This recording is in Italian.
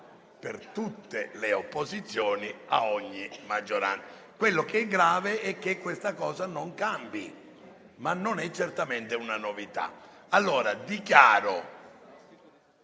per tutte le opposizioni a ogni maggioranza. È grave che questa cosa non cambi, ma non è certamente una novità.